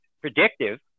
predictive